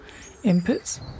inputs